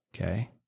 Okay